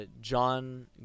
John